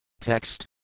Text